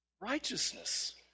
righteousness